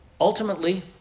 Ultimately